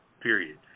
period